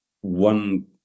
one